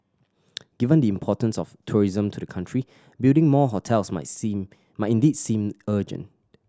given the importance of tourism to the country building more hotels might seen might indeed seem urgent